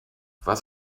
was